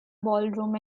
ballroom